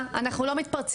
התרבות,